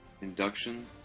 Induction